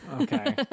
okay